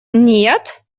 нет